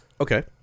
Okay